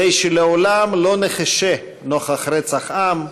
כדי שלעולם לא נחשה נוכח רצח עם,